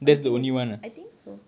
I think that's I think so